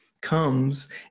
comes